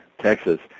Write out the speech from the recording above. Texas